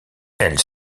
elle